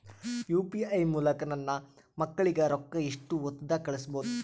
UPI ಮೂಲಕ ನನ್ನ ಮಕ್ಕಳಿಗ ರೊಕ್ಕ ಎಷ್ಟ ಹೊತ್ತದಾಗ ಕಳಸಬಹುದು?